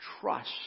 trust